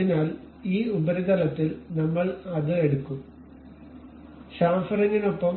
അതിനാൽ ഈ ഉപരിതലത്തിൽ നമ്മൾ അത് എടുക്കും ഷാംഫെറിംഗിനൊപ്പം